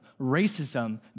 racism